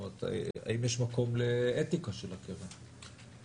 האם יש מקום לאתיקה של הקרן?